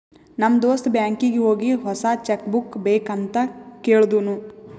ನಮ್ ದೋಸ್ತ ಬ್ಯಾಂಕೀಗಿ ಹೋಗಿ ಹೊಸಾ ಚೆಕ್ ಬುಕ್ ಬೇಕ್ ಅಂತ್ ಕೇಳ್ದೂನು